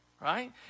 right